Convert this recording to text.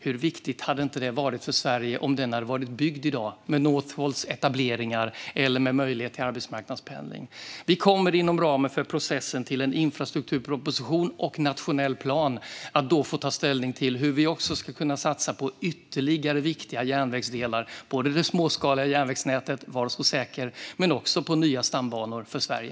Hur viktigt hade det inte varit för Sverige om den hade varit byggd i dag med Northvolts etableringar och möjlighet till arbetsmarknadspendling? Vi kommer inom ramen för processen till en infrastrukturproposition och nationell plan att få ta ställning till hur vi ska kunna satsa på ytterligare viktiga järnvägsdelar - även i det småskaliga järnvägsnätet, var så säker - men också på nya stambanor för Sverige.